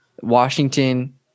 Washington